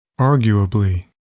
Arguably